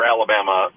Alabama